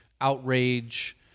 outrage